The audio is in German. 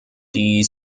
die